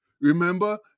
Remember